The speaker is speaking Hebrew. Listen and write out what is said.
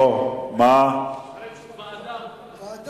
ועדה.